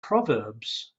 proverbs